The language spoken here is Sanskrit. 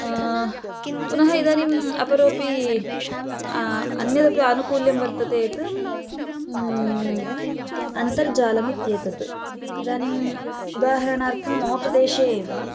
पुनः इदानीम् अपरोपि अन्यदपि आनुकूल्यं वर्तते यत् अन्तर्जालमित्येत् इदानीम् उदाहरणार्थं मम प्रदेशे एव